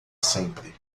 sempre